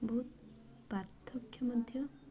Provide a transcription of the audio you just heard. ବହୁତ ପାର୍ଥକ୍ୟ ମଧ୍ୟ